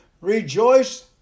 Rejoice